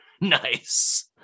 Nice